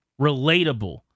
relatable